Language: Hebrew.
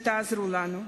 שתעזרו לנו.